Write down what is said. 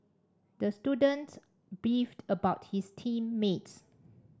the student beefed about his team mates